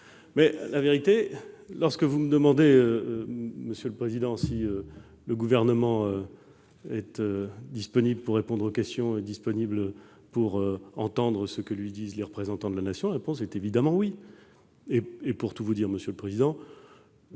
Mais, à la vérité, lorsque vous me demandez si le Gouvernement est disponible pour répondre aux questions et disponible pour entendre ce que lui disent les représentants de la Nation, la réponse est évidemment « oui ». Pour tout vous dire, je me permets